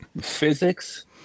physics